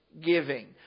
giving